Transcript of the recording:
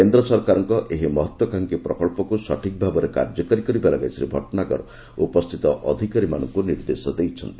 କେନ୍ଦ୍ର ସରକାରଙ୍କ ଏହି ମହତ୍ତ୍ୱାକାଂକ୍ଷୀ ପ୍ରକଳ୍ପକୁ ସଠିକ୍ ଭାବରେ କାର୍ଯ୍ୟକାରୀ କରିବା ଲାଗି ଶ୍ରୀ ଭଟନାଗର ଉପସ୍ଥିତ ଅଧିକାରୀମାନଙ୍କୁ ନିର୍ଦ୍ଦେଶ ଦେଇଛନ୍ତି